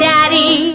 Daddy